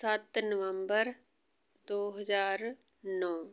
ਸੱਤ ਨਵੰਬਰ ਦੋ ਹਜ਼ਾਰ ਨੌ